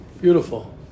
Beautiful